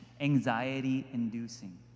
anxiety-inducing